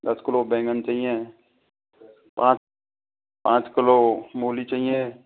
दस किलो बैंगन चाहिए पाँच पाँच किलो मूली चाहिए